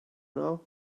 now